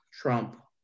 Trump